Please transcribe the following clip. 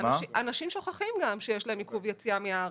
אנשים שוכחים גם שיש להם עיכוב יציאה מן הארץ.